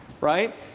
right